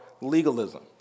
legalism